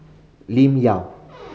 Lim Yau